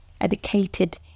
educated